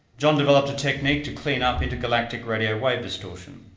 john developed a technique to clean up intergalactic radio wave distortion.